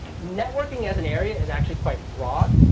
networking as an area is actually quite broad.